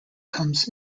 comes